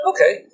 Okay